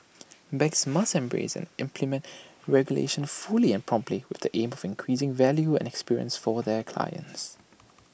banks must embrace and implement regulation fully and promptly with the aim of increasing value and experience for their clients